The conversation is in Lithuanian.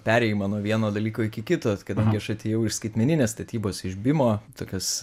perėjimą nuo vieno dalyko iki kito kadangi aš atėjau iš skaitmeninės statybos iš bimo tokios